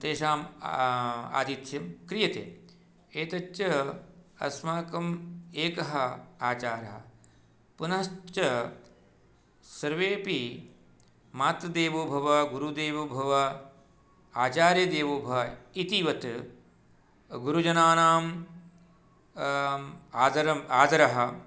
तेषाम् आतिथ्यं क्रियते एतच्च अस्माकम् एकः आचारः पुनश्च सर्वेपि मातृदेवो भव गुरुदेवो भव आचार्यदेवो भव इति वत् गुरुजनानाम् आदरम् आदरः